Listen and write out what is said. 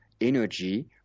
energy